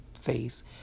face